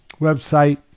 website